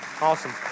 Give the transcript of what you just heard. Awesome